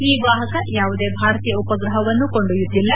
ಈ ವಾಪಕ ಯಾವುದೇ ಭಾರತೀಯ ಉಪಗ್ರಹವನ್ನು ಕೊಂಡೊಯ್ನುತ್ತಿಲ್ಲ